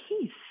peace